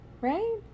Right